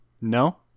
no